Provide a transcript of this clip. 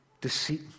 deceit